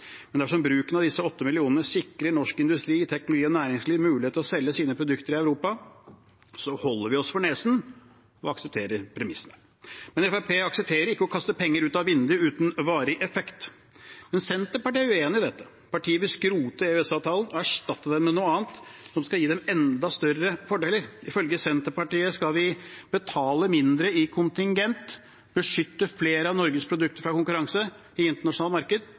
Men dersom bruken av disse 8 mill. kr sikrer norsk industri, teknologi og næringsliv mulighet til å selge sine produkter i Europa, holder vi oss for nesen og aksepterer premissene. Men Fremskrittspartiet aksepterer ikke å kaste penger ut av vinduet uten varig effekt. Senterpartiet er uenig i dette. Partiet vil skrote EØS-avtalen og erstatte den med noe annet, som skal gi dem enda større fordeler. Ifølge Senterpartiet skal vi betale mindre i kontingent, beskytte flere av Norges produkter mot konkurranse i